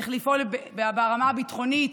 צריך לפעול ברמה הביטחונית,